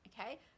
okay